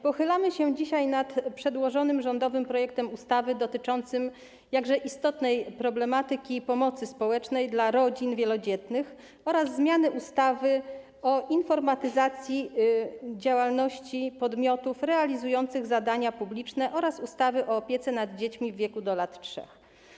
Pochylamy się dzisiaj nad przedłożonym rządowym projektem ustawy dotyczącym jakże istotnej problematyki pomocy społecznej dla rodzin wielodzietnych, a także zmiany ustawy o informatyzacji działalności podmiotów realizujących zadania publiczne oraz ustawy o opiece nad dziećmi w wieku do lat 3.